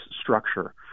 structure